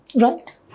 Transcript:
Right